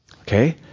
Okay